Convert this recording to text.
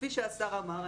כפי שהשר אמר,